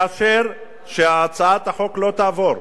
לאשר שהצעת החוק לא תעבור?